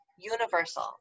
universal